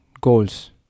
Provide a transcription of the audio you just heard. goals